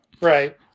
Right